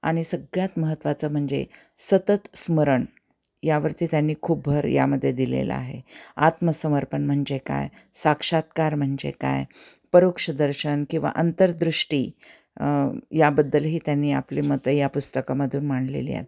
आणि सगळ्यात महत्त्वाचं म्हणजे सतत स्मरण यावरती त्यांनी खूप भर यामध्येे दिलेलं आहे आत्मसमर्पण म्हणजे काय साक्षात्कार म्हणजे काय परोक्षदर्शन किंवा अंतरदृष्टी याबद्दलही त्यांनी आपली मत या पुस्तकामधून मानलेली आहे